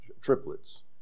triplets